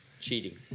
Cheating